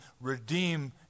redeem